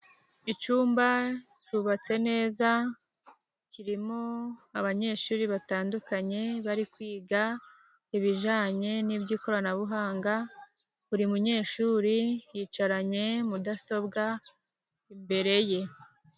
Icyumba cyubatse neza. Kirimo abanyeshuri batandukanye bari kwiga ibijyanye n'ibyikoranabuhanga. Buri munyeshuri yicaranye mudasobwa imbere ye.